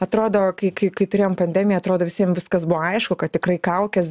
atrodo kai kai kai turėjom pandemiją atrodo visiem viskas buvo aišku kad tikrai kaukės